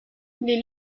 les